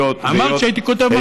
אמרתי שהייתי כותב מחזה עליו.